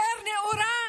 יותר נאורה?